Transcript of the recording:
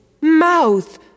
Mouth